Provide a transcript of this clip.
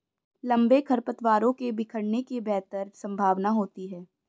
लंबे खरपतवारों के बिखरने की बेहतर संभावना होती है